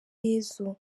yezu